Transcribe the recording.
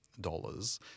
dollars